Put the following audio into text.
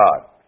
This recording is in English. God